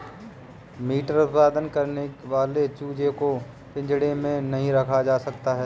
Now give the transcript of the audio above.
meet उत्पादन करने वाले चूजे को पिंजड़े में नहीं रखा जाता